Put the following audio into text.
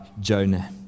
Jonah